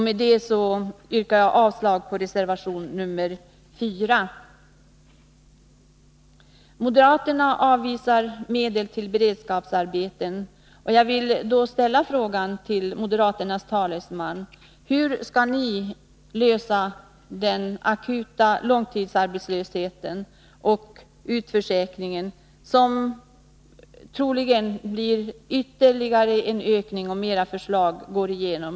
Med detta yrkar jag avslag på reservation nr 4. Moderaterna avvisar förslaget om medel till beredskapsarbeten. Jag vill därför ställa frågan till moderaternas talesman: Hur skall ni lösa problemet med den akuta långstidsarbetslösheten och utförsäkringen, problem som troligen kommer att öka ytterligare, om era förslag går igenom?